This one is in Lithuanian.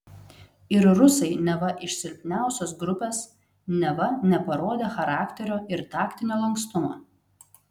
ir rusai neva iš silpniausios grupės neva neparodę charakterio ir taktinio lankstumo